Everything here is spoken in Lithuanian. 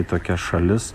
į tokias šalis